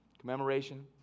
Commemoration